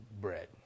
bread